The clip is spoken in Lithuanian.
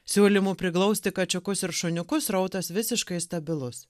siūlymų priglausti kačiukus ir šuniukus srautas visiškai stabilus